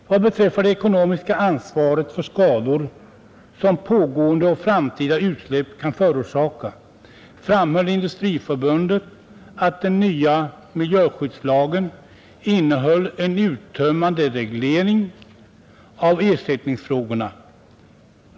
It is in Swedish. Vad beträffar det ekonomiska ansvaret för skador som pågående och framtida utsläpp kan förorsaka framhöll Industriförbundet att den nya miljöskyddslagen innehöll en uttömmande reglering av ersättningsfrågorna.